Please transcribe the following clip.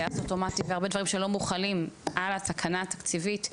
טייס אוטומטי והרבה דברים שלא מוחלים על התקנה התקציבית,